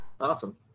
Awesome